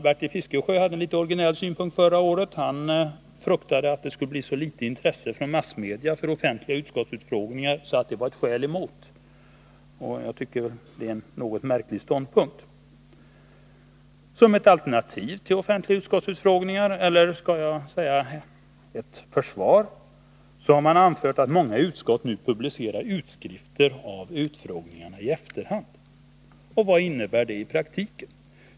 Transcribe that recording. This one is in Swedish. Bertil Fiskesjö hade förra året en något originell synpunkt: han fruktade att det skulle bli så litet intresse från massmedia för offentliga utskottsutfrågningar att det var ett skäl emot sådana. Jag tycker att det är en något märklig ståndpunkt. Som ett alternativ till offentliga utskottsutfrågningar — eller kanske skall vi hellre säga som ett försvar för sådana — har man anfört att många utskott nu publicerar utskrifter av utfrågningarna i efterhand. Vad innebär det i praktiken?